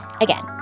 Again